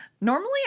Normally